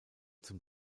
zum